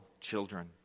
children